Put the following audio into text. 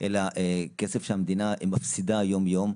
אלא כסף שהמדינה מפסידה יום-יום.